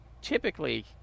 typically